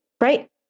right